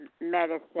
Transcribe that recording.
medicine